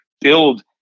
build